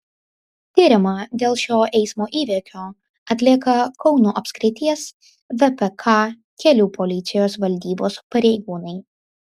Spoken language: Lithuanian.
tyrimą dėl šio eismo įvykio atlieka kauno apskrities vpk kelių policijos valdybos pareigūnai